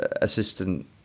assistant